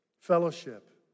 Fellowship